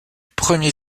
premier